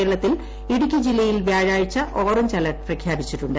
കേരളത്തിൽ ഇടുക്കി ജില്ലയിൽ വ്യാഴാഴ്ച ഓറഞ്ച് അലെർട്ട് പ്രഖ്യാപിച്ചിട്ടുണ്ട്